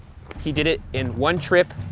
he did it in one trip,